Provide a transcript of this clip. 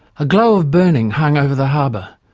a glow of burning hung over the harbor,